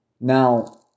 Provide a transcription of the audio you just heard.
Now